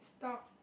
stop